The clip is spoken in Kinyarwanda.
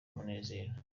umunezero